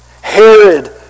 Herod